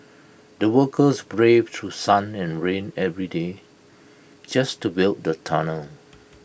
the workers braved through sun and rain every day just to build the tunnel